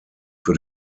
für